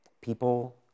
People